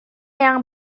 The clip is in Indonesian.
yang